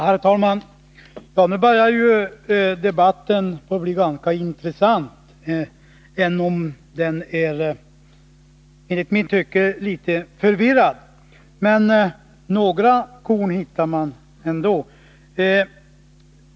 Herr talman! Nu börjar debatten bli ganska intressant, även om den enligt mitt tycke är litet förvirrad. Men några korn hittar man ändå.